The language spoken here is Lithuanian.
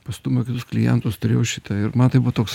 pastūmiau kitus klientus turėjau šitą ir man tai buvo toks